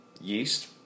yeast